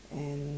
and